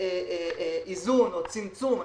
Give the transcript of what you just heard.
איזון או צמצום פערים.